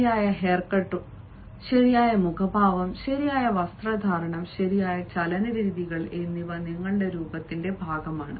ശരിയായ ഹെയർകട്ട് ശരിയായ മുഖഭാവം ശരിയായ വസ്ത്രധാരണം ശരിയായ ചലന രീതികൾ എന്നിവ നിങ്ങളുടെ രൂപത്തിന്റെ ഭാഗമാണ്